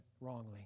wrongly